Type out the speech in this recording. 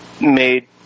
made